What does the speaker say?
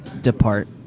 depart